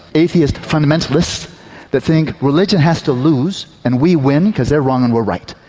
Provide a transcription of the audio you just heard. atheist fundamentalists that think religion has to lose and we win, because they're wrong and we're right.